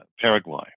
Paraguay